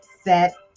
set